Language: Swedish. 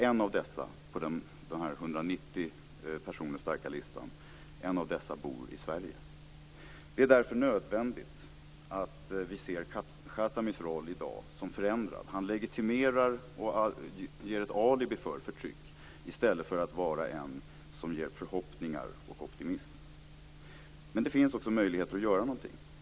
En av de 190 personerna på listan bor i Sverige. Det är därför nödvändigt att vi ser Khatamis roll i dag som förändrad. Han legitimerar och ger ett alibi för förtryck, i stället för att inge förhoppningar och optimism. Men det finns också möjligheter att göra något.